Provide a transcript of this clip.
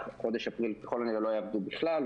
חודש אפריל ככל הנראה לא יעבדו בכלל,